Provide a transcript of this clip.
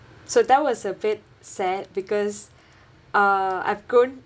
so that was a bit sad because uh I